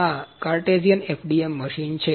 તેથી આ Cartesian FDM machine છે